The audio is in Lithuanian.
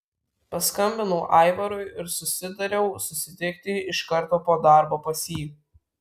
paskambinau aivarui ir susitariau susitikti iš karto po darbo pas jį